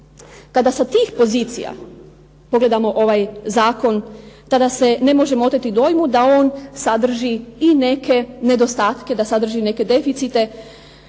Kada sa tih pozicija pogledamo ovaj zakon, tada se ne možemo oteti dojmu da on sadrži i neke nedostatke, da sadrži neke deficite,